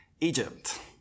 Egypt